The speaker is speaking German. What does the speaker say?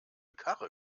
karre